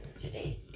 today